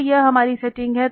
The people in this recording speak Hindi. तो यह हमारी सेटिंग है